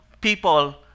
people